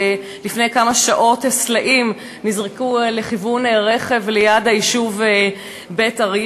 ולפני כמה שעות נזרקו סלעים לכיוון רכב ליד היישוב בית-אריה.